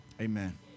Amen